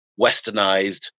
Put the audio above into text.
westernized